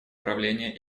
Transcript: правления